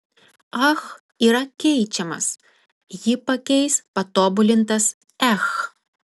ach yra keičiamas jį pakeis patobulintas ech